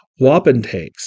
wapentakes